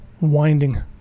winding